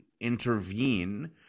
intervene